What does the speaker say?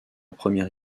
première